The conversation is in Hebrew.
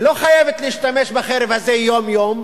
היא לא חייבת להשתמש בחרב הזאת יום-יום,